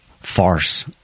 farce